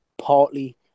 partly